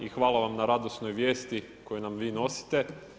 I hvala vam na radosnoj vijesti koju nam vi nosite.